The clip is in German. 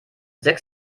sechs